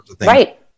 Right